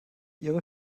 ihre